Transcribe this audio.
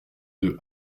deux